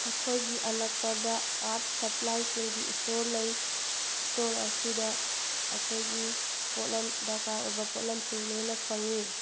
ꯑꯩꯈꯣꯏꯒꯤ ꯑꯅꯛꯄꯗ ꯑꯥꯠ ꯁꯞꯄ꯭ꯂꯥꯏꯁꯤꯡꯒꯤ ꯏꯁꯇꯣꯔ ꯂꯩ ꯏꯁꯇꯣꯔ ꯑꯁꯤꯗ ꯑꯩꯈꯣꯏꯒꯤ ꯄꯣꯠꯂꯝ ꯗꯔꯀꯥꯔ ꯑꯣꯏꯕ ꯄꯣꯠꯂꯝꯁꯤꯡ ꯂꯣꯏꯅ ꯐꯪꯏ